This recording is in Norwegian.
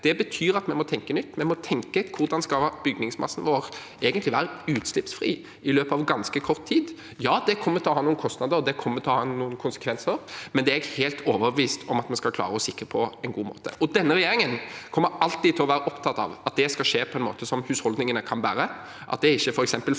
Det betyr at vi må tenke nytt. Vi må tenke hvordan bygningsmassen vår egentlig skal være utslippsfri i løpet av ganske kort tid. Ja, det kommer til å ha noen kostnader, og det kommer til å ha noen konsekvenser, men det er jeg helt overbevist om at vi skal klare å sikre på en god måte. Denne regjeringen kommer alltid til å være opptatt av at det skal skje på en måte som husholdningene kan bære,